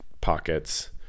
pockets